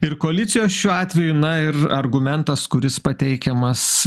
ir koalicijos šiuo atveju na ir argumentas kuris pateikiamas